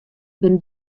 binne